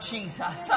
Jesus